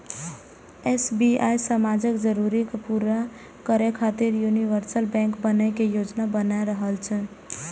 SBI समाजक जरूरत पूरा करै खातिर यूनिवर्सल बैंक बनै के योजना बना रहल छै